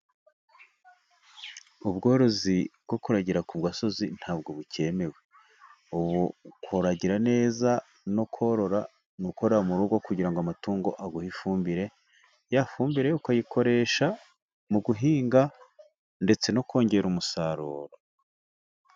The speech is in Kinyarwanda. Ubworozi bwo kuragira ku gasozi ntabwo bukemewe ubu kuragira neza no korora ni ukora mu rugo kugira ngo amatungo aguhe ifumbire, yafumbire ukayikoresha mu guhinga ndetse no kongera umusaruro.